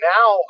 Now